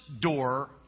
door